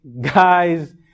guys